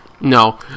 no